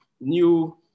new